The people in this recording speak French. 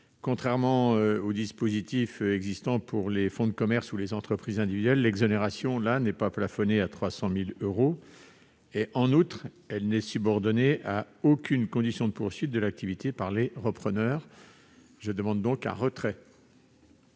Contrairement au dispositif existant pour les fonds de commerce et les entreprises individuelles, l'exonération n'est pas plafonnée à 300 000 euros. En outre, elle n'est subordonnée à aucune condition de poursuite de l'activité par les repreneurs. Je demande donc le retrait